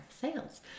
sales